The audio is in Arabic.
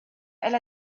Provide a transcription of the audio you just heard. إلى